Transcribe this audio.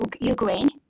Ukraine